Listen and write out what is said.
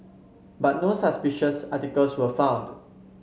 but no suspicious articles were found